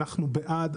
אנחנו בעד,